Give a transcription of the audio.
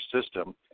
system